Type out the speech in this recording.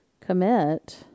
commit